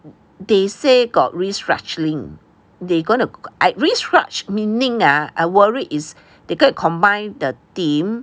they say got restructuring they gonna restructure meaning ah I worry is they gonna combine the team